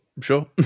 sure